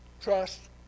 Trust